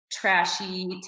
trashy